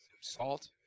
salt